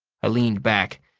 i leaned back.